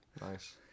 Nice